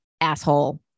asshole